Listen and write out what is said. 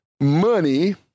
money